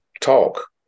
talk